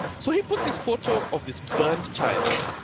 so he put this photo of this burnt child,